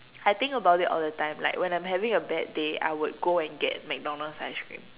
I think about it all the time like when I'm having a bad day I would go and get McDonald's ice cream